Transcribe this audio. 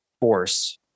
force